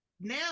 now